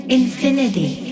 infinity